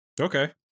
Okay